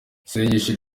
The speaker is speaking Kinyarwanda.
isengesho